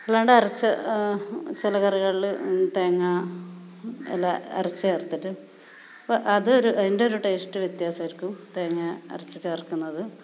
അല്ലാണ്ട് അരച്ച് ചില കറികളിൽ തേങ്ങ എല്ലാം അരച്ച് ചേർത്തിട്ട് അപ്പം അത് ഒരു അതിൻറ്റൊരു ടേസ്റ്റ് വ്യതാസമായിരിക്കും തേങ്ങാ അരച്ച് ചേർക്കുന്നത്